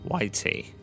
YT